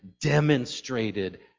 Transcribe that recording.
demonstrated